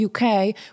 UK